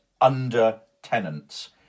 under-tenants